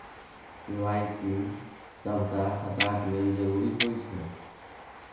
KYC सभटा खाताक लेल जरुरी होइत छै